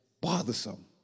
Bothersome